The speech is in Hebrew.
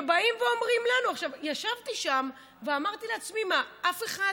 שאומרים לנו, ישבתי שם ואמרתי לעצמי: מה, אף אחד